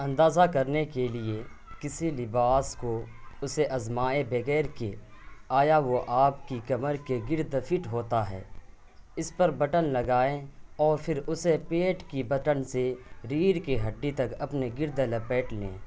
اندازہ کرنے کے لیے کسی لباس کو اسے آزمائے بغیر کہ آیا وہ آپ کی کمر کے گرد فٹ ہوتا ہے اس پر بٹن لگائیں اور پھر اسے پیٹ کی بٹن سے ریڑھ کی ہڈی تک اپنے گرد لپیٹ لیں